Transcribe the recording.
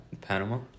Panama